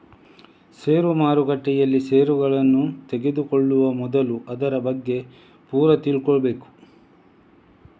ಷೇರು ಮಾರುಕಟ್ಟೆಯಲ್ಲಿ ಷೇರುಗಳನ್ನ ತೆಗೆದುಕೊಳ್ಳುವ ಮೊದಲು ಅದರ ಬಗ್ಗೆ ಪೂರ ತಿಳ್ಕೊಬೇಕು